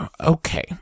Okay